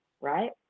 right